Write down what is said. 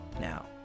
now